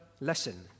lesson